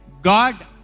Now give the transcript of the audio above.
God